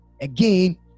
Again